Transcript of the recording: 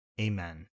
Amen